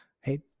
Hey